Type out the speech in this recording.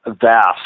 vast